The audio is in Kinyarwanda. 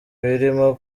birimo